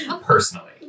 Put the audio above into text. personally